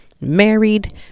married